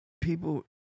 People